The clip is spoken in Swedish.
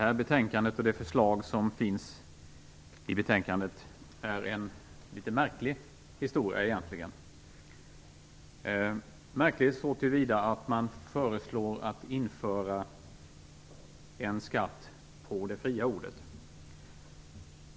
Fru talman! Det här betänkandet är en litet märklig historia så till vida att man föreslår att införa en skatt på det fria ordet.